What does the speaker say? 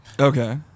okay